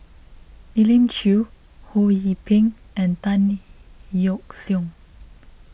Elim Chew Ho Yee Ping and Tan Yeok Seong